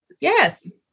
Yes